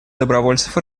добровольцев